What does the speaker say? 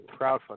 crowdfunding